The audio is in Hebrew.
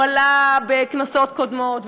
הוא עלה בכנסות קודמות,